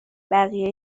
بقیه